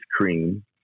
cream